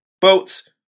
boats